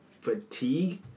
fatigue